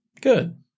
Good